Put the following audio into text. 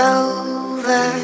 over